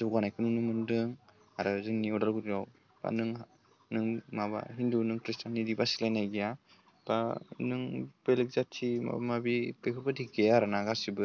जौगानायखौ नुनो मोन्दों आरो जोंनि उदालगुरियाव बा नों नों माबा हिन्दु नों ख्रिस्टान इदि बासिलायनाय गैया बा नों बेलेक जाथि माबा माबि बेफरोबायदि गैया आरो ना गासैबो